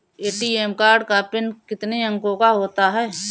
ATM card का PIN कितने अंकों का होता है?